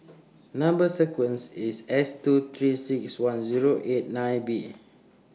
Number sequence IS S two three six one Zero eight nine B